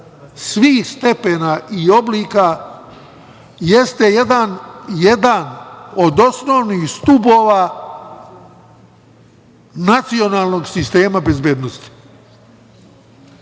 svih stepena i oblika jeste jedan od osnovnih stubova nacionalnog sistema bezbednosti. Zbog